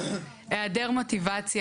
היעדר מוטיבציה,